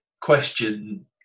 question